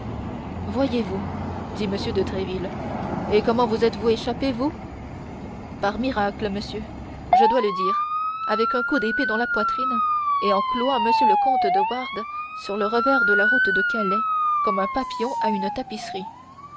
voyez-vous dit m de tréville et comment vous êtes-vous échappé vous par miracle monsieur je dois le dire avec un coup d'épée dans la poitrine et en clouant m le comte de wardes sur le revers de la route de calais comme un papillon à une tapisserie